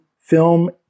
film